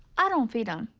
i don't feed em.